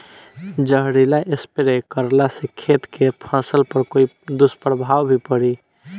जहरीला स्प्रे करला से खेत के फसल पर कोई दुष्प्रभाव भी पड़ी?